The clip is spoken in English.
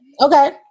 okay